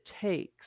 takes